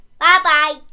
Bye-bye